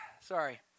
sorry